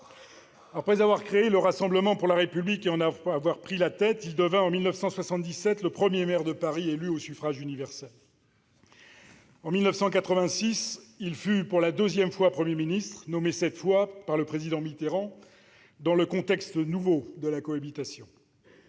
Après avoir créé le Rassemblement pour la République et en avoir pris la tête, il devint, en 1977, le premier maire de Paris élu au suffrage universel. En 1986, il fut pour la seconde fois Premier ministre, nommé cette fois par le président Mitterrand dans le contexte nouveau de la cohabitation.